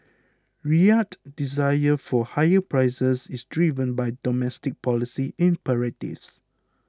Riyadh's desire for higher prices is driven by domestic policy imperatives